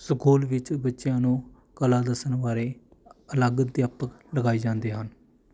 school ਵਿੱਚ ਬੱਚਿਆਂ ਨੂੰ ਕਲਾ ਦੱਸਣ ਬਾਰੇ ਅਲੱਗ ਅਧਿਆਪਕ ਲਗਾਏ ਜਾਂਦੇ ਹਨ